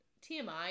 tmi